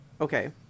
okay